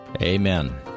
Amen